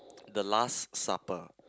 the last supper